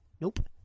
Nope